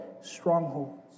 strongholds